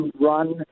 run